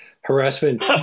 harassment